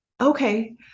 Okay